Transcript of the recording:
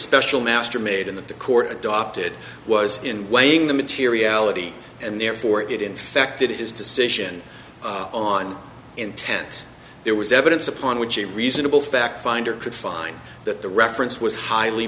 special master made in the the court adopted was in weighing the materiality and therefore it infected his decision on intent there was evidence upon which a reasonable fact finder could find that the reference was highly